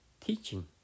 teaching